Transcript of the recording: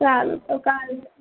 સારું તો કાલે